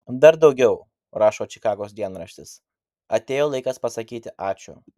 dar daugiau rašo čikagos dienraštis atėjo laikas pasakyti ačiū